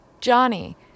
Johnny